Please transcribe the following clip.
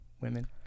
women